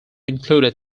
included